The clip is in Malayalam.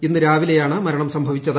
ഇന്ന് രാവിലെയാണ് മരണം സംഭവിച്ചത്